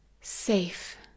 safe